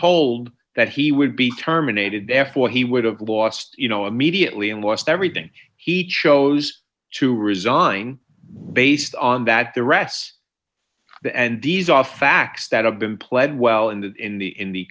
told that he would be terminated therefore he would have lost you know immediately and lost everything he chose to resign based on that the rats and these off facts that have been pled well and in the in the